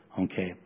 okay